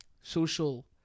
social